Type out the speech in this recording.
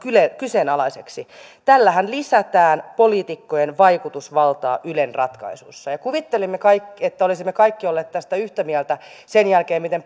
kyseenalaiseksi tällähän lisätään poliitikkojen vaikutusvaltaa ylen ratkaisuissa kuvittelimme että olisimme kaikki olleet tästä yhtä mieltä sen jälkeen miten